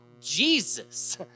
Jesus